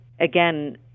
again